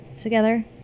together